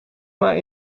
maar